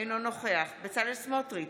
אינו נוכח בצלאל סמוטריץ'